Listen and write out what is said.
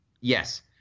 yes